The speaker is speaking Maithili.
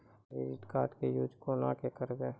क्रेडिट कार्ड के यूज कोना के करबऽ?